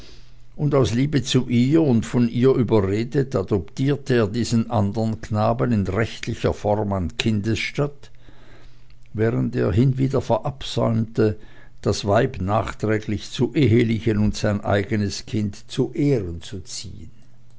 und aus liebe zu ihr und von ihr überredet adoptierte er diesen andern knaben in rechtlicher form an kindesstatt während er hinwieder verabsäumte das weib nachträglich zu ehelichen und sein eigenes kind zu ehren zu ziehen